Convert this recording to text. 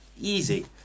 Easy